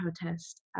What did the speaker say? protest